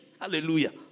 hallelujah